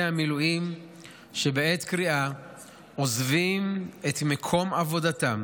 המילואים שבעת קריאה עוזבים את מקום עבודתם